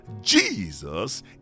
Jesus